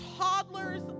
toddlers